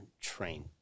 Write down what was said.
train